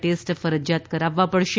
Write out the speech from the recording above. test ફરજિયાત કરાવવા પડશે